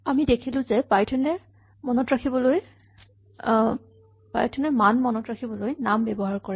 আমি দেখিলো যে পাইথন এ মান মনত ৰাখিবলৈ নাম ব্যৱহাৰ কৰে